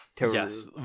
Yes